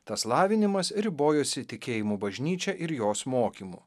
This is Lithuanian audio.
tas lavinimas ribojosi tikėjimu bažnyčia ir jos mokymu